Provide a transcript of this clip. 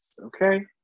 Okay